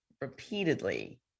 repeatedly